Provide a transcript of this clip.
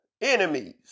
enemies